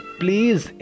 please